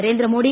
Narendra Modi